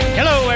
Hello